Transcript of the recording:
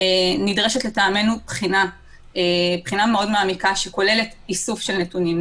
נדרשת לטעמנו בחינה מאוד מעמיקה שכוללת איסוף של נתונים,